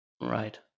Right